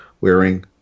wearing